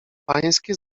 pańskie